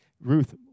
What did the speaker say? Ruth